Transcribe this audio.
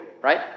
Right